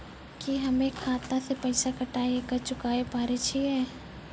की हम्मय खाता से पैसा कटाई के कर्ज चुकाबै पारे छियै?